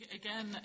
Again